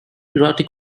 erotic